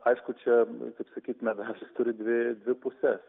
aišku čia kaip sakyt medalis turi dvi dvi puses